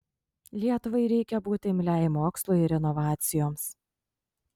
lietuvai reikia būti imliai mokslui ir inovacijoms